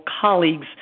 colleagues